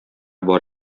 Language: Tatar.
бар